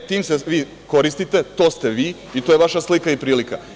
E, tim se vi koristite, to ste vi i to je vaša slika i prilika.